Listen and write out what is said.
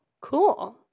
Cool